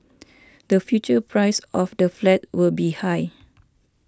the future price of the flat will be high